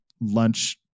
lunch